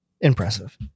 Impressive